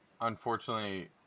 unfortunately